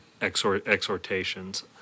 exhortations